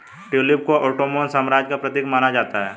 tulip को Ottoman साम्राज्य का प्रतीक माना जाता है